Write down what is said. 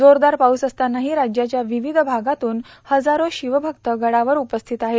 जोरदार पाऊस असतानाही राज्याच्या विविध भागातून हजारो शिवभक्त गडावर उपस्थित आहेत